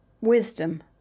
wisdom